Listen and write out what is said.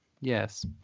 Yes